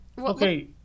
Okay